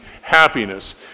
happiness